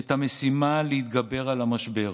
את המשימה להתגבר על המשבר.